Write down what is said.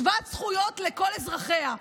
שוות זכויות לכל אזרחיה.